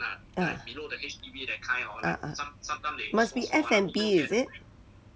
ah ah must be F&B is it